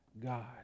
God